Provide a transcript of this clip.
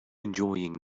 enjoying